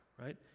Right